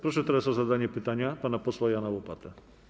Proszę teraz o zadanie pytania pana posła Jana Łopatę.